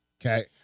Okay